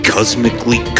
Cosmically